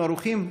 אנחנו ערוכים?